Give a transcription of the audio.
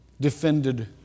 defended